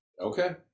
okay